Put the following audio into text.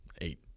eight